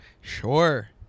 Sure